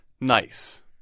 nice